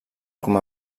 com